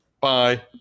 Bye